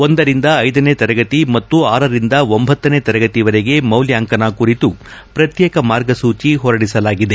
ಒಂದರಿಂದ ಐದನೇ ತರಗತಿ ಮತ್ತು ಆರರಿಂದ ಒಂಬತ್ತನೇ ತರಗತಿವರೆಗೆ ಮೌಲ್ಲಾಂಕನ ಕುರಿತು ಪ್ರತ್ಯೇಕ ಮಾರ್ಗಸೂಚಿ ಹೊರಡಿಸಲಾಗಿದೆ